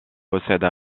possède